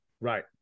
right